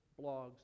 blogs